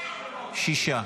שישה.